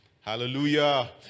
hallelujah